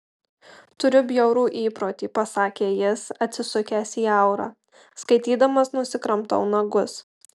turiu bjaurų įprotį pasakė jis atsisukęs į aurą skaitydamas nusikramtau nagus